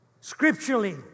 Scripturally